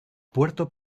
puerto